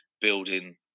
building